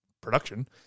production